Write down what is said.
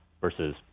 versus